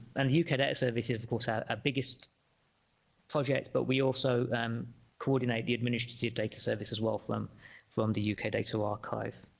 and yeah uk data service is of course our ah biggest project but we also coordinate the administrative data service as well from from the yeah uk data archive